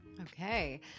Okay